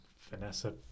Vanessa